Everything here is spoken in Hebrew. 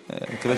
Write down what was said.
מכובדי,